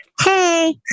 Hey